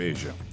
Asia